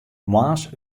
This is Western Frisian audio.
moarns